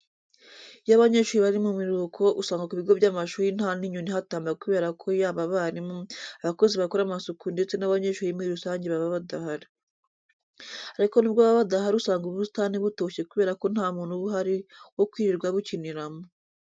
Iyo abanyeshuri bari mu biruhuko usanga ku bigo by'amashuri nta n'inyoni ihatamba kubera ko yaba abarimu, abakozi bakora amasuku ndetse n'abanyeshuri muri rusange baba badahari. Ariko nubwo baba badahari usanga ubusitani butoshye kubera ko nta muntu uba uhari wo kwirirwa abukiniramo.